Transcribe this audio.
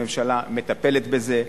הממשלה מטפלת בזה.